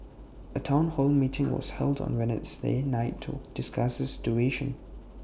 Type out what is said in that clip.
A Town hall meeting was held on Wednesday night to discuss the situation